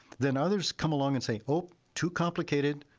then others come along and say, oh, too complicated.